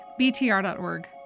BTR.org